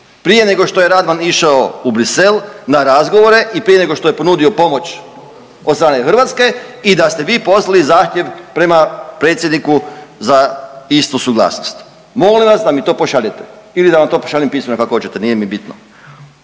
prije nego što je Radman išao u Bruxelles na razgovore i prije nego što je ponudio pomoć od strane Hrvatske i da ste vi poslali zahtjev prema Predsjedniku za istu suglasnost, molim vas da mi to pošaljem ili da vam to pošaljem pismeno, kako hoćete nije mi bitno.